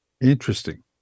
Interesting